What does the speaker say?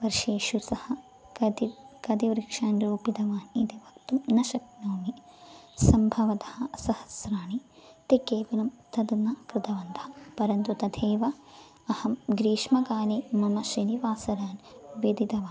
वर्षेषु सः कतिपयः कति वृक्षान् रोपितवान् इति वक्तुं न शक्नोमि सम्भवतः सहस्राणि तानि केवलं तद् न कृतवन्तः परन्तु तथैव अहं ग्रीष्मकाले मम शनिवासरान् व्यतीतवान्